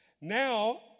Now